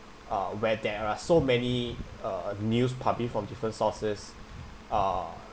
uh where there are so many err news published from different sources uh